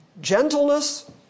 gentleness